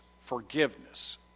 forgiveness